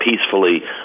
peacefully